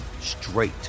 straight